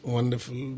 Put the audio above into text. Wonderful